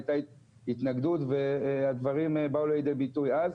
היתה התנגדות והדברים באו לידי ביטוי אז,